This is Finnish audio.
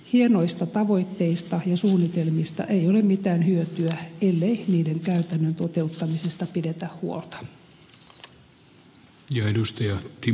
hienoista tavoitteista ja suunnitelmista ei ole mitään hyötyä ellei niiden käytännön toteuttamisesta pidetä huolta